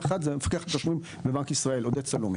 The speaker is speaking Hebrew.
זה המפקח על התשלומים בבנק ישראל עודד סלומי.